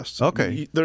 Okay